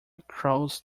crows